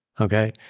Okay